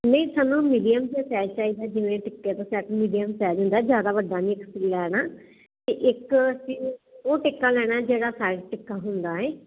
ਨਹੀਂ ਸਾਨੂੰ ਮਿਡੀਅਮ ਜਿਹਾ ਚਾਹੀਦਾ ਜਿਵੇਂ ਟਿੱਕੇ ਦਾ ਤੋਂ ਸੈੱਟ ਮੀਡੀਅਮ 'ਚ ਆ ਜਾਂਦਾ ਜਿਆਦਾ ਵੱਡਾ ਨਹੀਂ ਅਸੀਂ ਲੈਣਾ ਤੇ ਇੱਕ ਉਹ ਟਿੱਕਾ ਲੈਣਾ ਜਿਹੜਾ ਸਾਈਡ ਟਿੱਕਾ ਹੁੰਦਾ ਏ